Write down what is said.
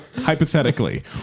Hypothetically